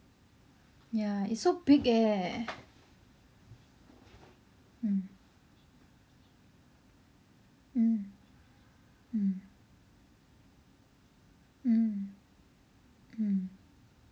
ya it's so big leh mm mm mm mm mm